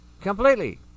Completely